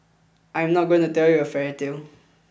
I'm not going to tell you a fairy tale